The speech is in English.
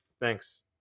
Thanks